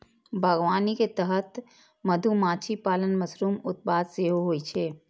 बागवानी के तहत मधुमाछी पालन, मशरूम उत्पादन सेहो होइ छै